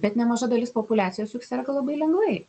bet nemaža dalis populiacijos juk serga labai lengvai